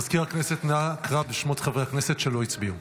מזכיר הכנסת, נא קרא בשמות חברי הכנסת שלא הצביעו.